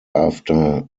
after